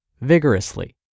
vigorously